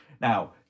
Now